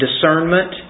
discernment